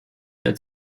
der